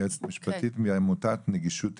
יועצת משפטית מעמותת נגישות ישראל.